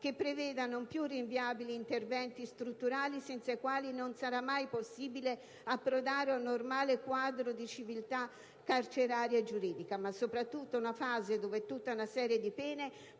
che preveda non più rinviabili interventi strutturali senza i quali non sarà mai possibile approdare a un normale quadro di civiltà carceraria e giuridica, ma soprattutto una fase dove tutta una serie di pene